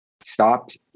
stopped